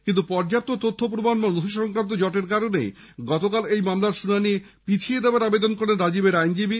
কিন্তু পর্যাপ্ত তথ্য প্রমাণ বা নথি সংক্রান্ত জটিলতার কারণেই গতকাল এই মামলার শুনানি পিছিয়ে দেওয়ার আবেদন করেন রাজীবের আইনজীবী